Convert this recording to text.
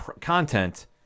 content